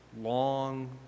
long